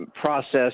process